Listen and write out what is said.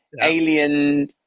alien